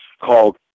called